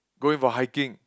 going for hiking